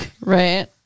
Right